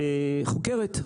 חוקרת.